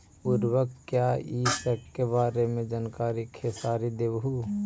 उर्वरक क्या इ सके बारे मे जानकारी खेसारी देबहू?